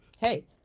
hey